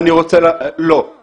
לא.